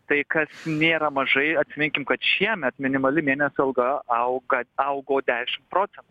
tai kas nėra mažai atsiminkim kad šiemet minimali mėnesio alga auga augo dešimt procentų